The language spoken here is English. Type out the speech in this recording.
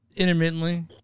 Intermittently